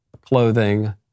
clothing